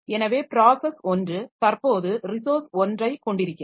எனவே ப்ராஸஸ் 1 தற்போது ரிசோர்ஸ் 1 ஐ கொண்டிருக்கிறது